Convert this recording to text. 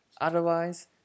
Otherwise